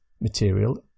material